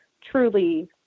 truly